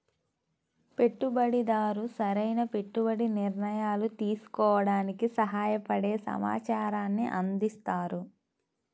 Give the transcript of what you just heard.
పెట్టుబడిదారు సరైన పెట్టుబడి నిర్ణయాలు తీసుకోవడానికి సహాయపడే సమాచారాన్ని అందిస్తారు